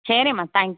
சரிம்மா thank you